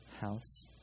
house